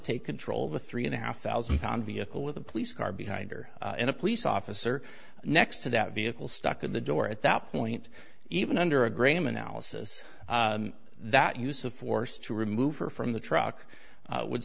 take control of the three and a half thousand pound vehicle with a police car behind her in a police officer next to that vehicle stuck in the door at that point even under a gram analysis that use of force to remove her from the truck would